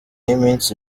iminsi